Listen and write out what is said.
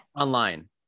online